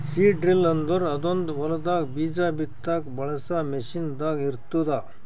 seed drill ಅಂದುರ್ ಅದೊಂದ್ ಹೊಲದಾಗ್ ಬೀಜ ಬಿತ್ತಾಗ್ ಬಳಸ ಮಷೀನ್ ದಾಗ್ ಇರ್ತ್ತುದ